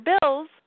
bills